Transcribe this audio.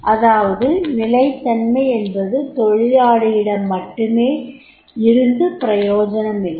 அதாவது நிலைத்தன்மை என்பது தொழிலாளியிடம் மட்டுமே இருந்து பிரயோஜனமில்லை